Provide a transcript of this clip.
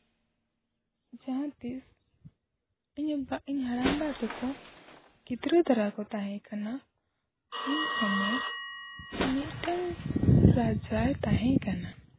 ᱡᱟᱦᱟᱸ ᱛᱤᱥ ᱤᱧ ᱦᱟᱲᱟᱢᱵᱟ ᱛᱟᱠᱚ ᱜᱤᱫᱽᱨᱟᱹ ᱫᱷᱟᱨᱟ ᱠᱚ ᱛᱟᱦᱮᱸ ᱠᱟᱱᱟ ᱩᱱ ᱥᱚᱢᱚᱭ ᱢᱤᱫᱴᱟᱹᱝ ᱨᱟᱡᱟᱭ ᱛᱟᱦᱮᱸ ᱠᱟᱱᱟ